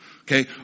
Okay